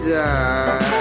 die